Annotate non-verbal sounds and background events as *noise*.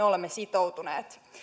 *unintelligible* olemme sitoutuneet